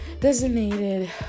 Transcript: designated